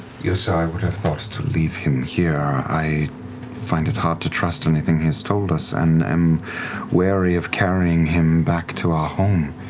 i would have thought to leave him here. i find it hard to trust anything he's told us, and i'm wary of carrying him back to our home,